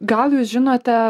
gal jūs žinote